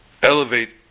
elevate